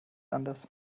anders